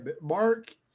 Mark